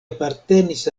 apartenis